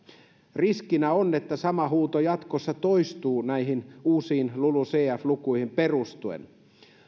riskinä on että sama huuto jatkossa toistuu näihin uusiin lulucf lukuihin perustuen